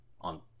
on